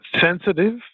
sensitive